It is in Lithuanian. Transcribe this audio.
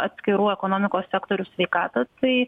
atskirų ekonomikos sektorių sveikatą tai